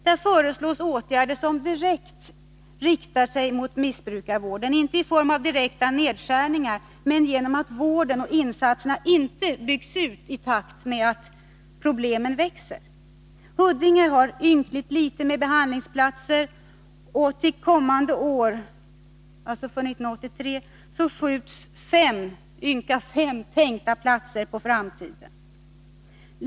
Där föreslås åtgärder som direkt riktar sig mot missbrukarvården, inte i form av direkta nedskärningar men genom att vården och insatserna inte byggs ut i takt med att problemen växer. Huddinge har ynkligt få behandlingsplatser, och för 1983 skjuts fem tänkta platser på framtiden.